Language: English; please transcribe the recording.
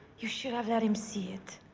you should have let him see it.